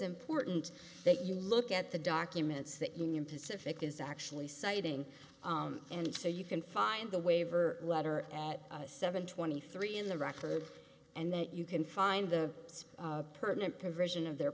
important that you look at the documents that union pacific is actually citing and so you can find the waiver letter at seven twenty three in the record and that you can find the it's pertinent provision of their